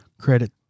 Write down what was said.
credit